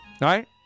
right